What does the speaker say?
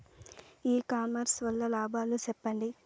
ఇ commerce వల్ల లాభాలు సెప్పండి?